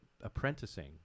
apprenticing